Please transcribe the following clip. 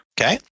Okay